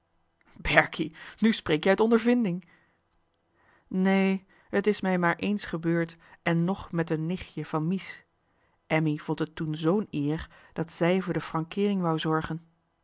berkie nu spreek je uit ondervinding nee t is mij nog maar eens gebeurd en nog met johan de meester de zonde in het deftige dorp en nichtje van mies emmy vond het toen z n eer dat zij voor de frankeering wou zorgen